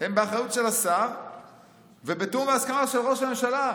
הן באחריות של השר ובתיאום והסכמה של ראש הממשלה.